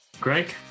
Greg